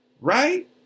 right